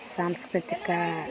ಸಾಂಸ್ಕೃತಿಕ